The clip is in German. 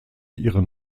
ihren